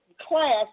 class